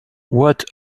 what